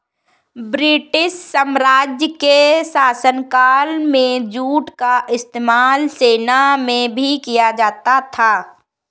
British साम्राज्य के शासनकाल में जूट का इस्तेमाल सेना में भी किया जाता था